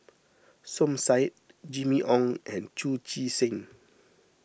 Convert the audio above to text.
Som Said Jimmy Ong and Chu Chee Seng